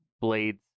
blades